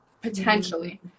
potentially